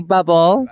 Bubble